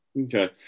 Okay